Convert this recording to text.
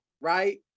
right